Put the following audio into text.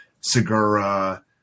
Segura